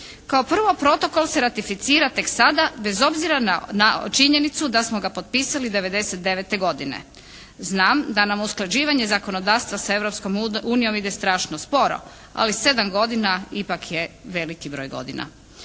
Kao prvo protokol se ratificira tek sada bez obzira na činjenicu da smo ga potpisali 99. godine. Znam da nam usklađivanje zakonodavstva s Europskom unijom ide strašno sporo, ali sedam godina ipak je vleiki broj godina.